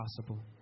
possible